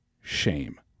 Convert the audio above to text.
shame